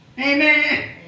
Amen